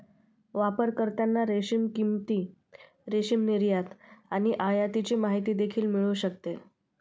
वापरकर्त्यांना रेशीम किंमती, रेशीम निर्यात आणि आयातीची माहिती देखील मिळू शकते